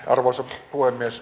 arvoisa puhemies